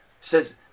says